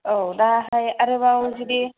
आव दाहाय आरोबाव जिदि